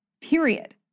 period